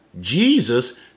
Jesus